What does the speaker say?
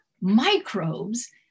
microbes